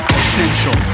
essential